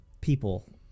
people